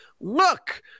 look